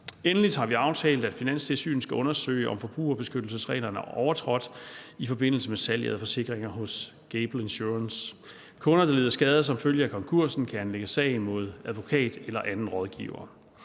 Endelig har vi aftalt, at Finanstilsynet skal undersøge, om forbrugerbeskyttelsesreglerne er overtrådt i forbindelse med salget af forsikringer hos Gable Insurance. Kunder, der lider skade som følge af konkursen, kan anlægge sag mod advokat eller anden rådgiver.